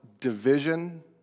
division